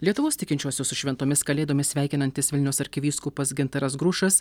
lietuvos tikinčiuosius su šventomis kalėdomis sveikinantis vilniaus arkivyskupas gintaras grušas